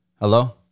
Hello